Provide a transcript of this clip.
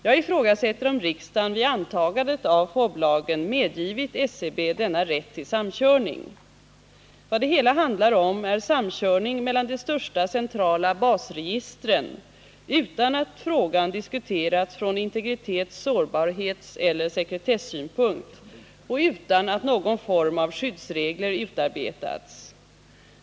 Jag ifrågasätter om riksdagen vid antagandet av FoB-lagen medgivit SCB denna rätt till samkörning. Vad det hela handlar om är samkörning mellan de största centrala basregistren utan att frågan diskuterats från integritets-, sårbarhetseller sektetessynpunkt och utan att någon form av skyddsregler utarbetats.